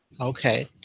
okay